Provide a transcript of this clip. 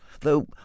though